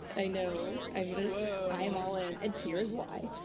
i know. i'm i'm all in and here's why.